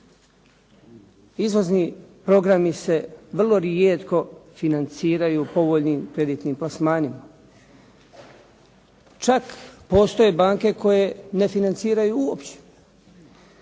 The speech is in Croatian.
Izvozni programi se vrlo rijetko financiraju povoljnim kreditnim plasmanima. Čak postoje banke koje ne financiraju uopće.